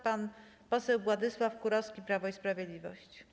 Pan poseł Władysław Kurowski, Prawo i Sprawiedliwość.